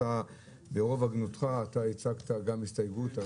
ברוב הגינותך אתה גם הצעת איזושהי הסתייגות,